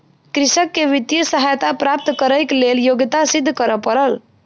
कृषक के वित्तीय सहायता प्राप्त करैक लेल योग्यता सिद्ध करअ पड़ल